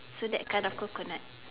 so that kind of coconut